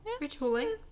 Retooling